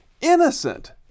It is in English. Innocent